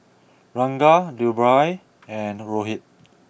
Ranga Dhirubhai and Rohit